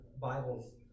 Bibles